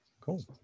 cool